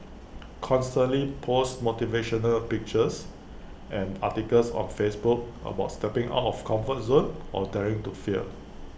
constantly post motivational pictures and articles on Facebook about stepping out of comfort zone or daring to fail